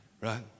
right